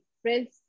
friends